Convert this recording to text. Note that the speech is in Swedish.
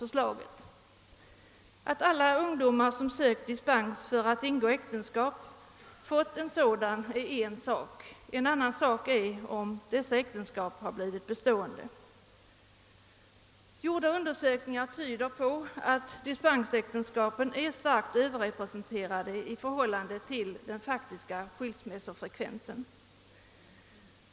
Att alla ungdomar som sökt dispens för att ingå äktenskap fått sådan är en sak — en annan är om dessa äktenskap blivit bestående. Gjorda undersökningar tyder på att proportionen skilsmässor i dispensäktenskapen är betydligt större än genomsnittsfrekvensen.